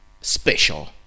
special